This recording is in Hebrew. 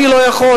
אני לא יכול,